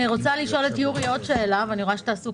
אני רוצה לשאול את יורי שאלה נוספת.